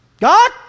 god